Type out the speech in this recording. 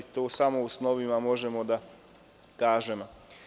To u snovima možemo da kažemo.